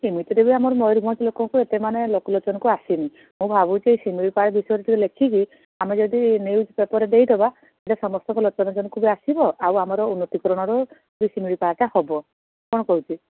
ଏମିତିରେ ବି ଆମର ମୟୁରଭଞ୍ଜ ଲୋକଙ୍କୁ ଏତେ ମାନେ ଲୋକଲୋଚନକୁ ଆସିନି ମୁଁ ଭାବୁଛି ଶିମିଳିପାଳ ବିଷୟରେ ଟିକେ ଲେଖିକି ଆମେ ଯଦି ନ୍ୟୁଜ ପେପର୍ରେ ଦେଇଦେବା ହେଲେ ସମସ୍ତଙ୍କ ଲୋକଲୋଚନକୁ ଆସିବ ଆଉ ଆମର ଉନ୍ନତିକରଣର ବି ଶିମିଳିପାଳଟା ହେବ କ'ଣ କହୁଛୁ